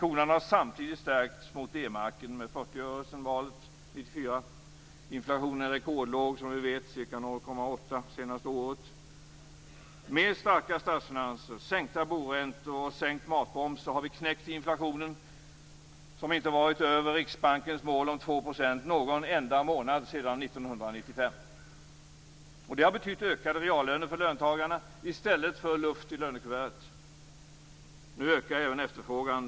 Kronan har samtidigt stärkts mot D-marken med Inflationen är rekordlåg, som vi vet - ca 0,8 % det senaste året. Med starka statsfinanser, sänkta boräntor och sänkt matmoms har vi knäckt inflationen, som inte varit över Riksbankens mål om 2 % någon enda månad sedan 1995. Det har betytt ökade reallöner för löntagarna i stället för luft i lönekuvertet. Nu ökar även efterfrågan.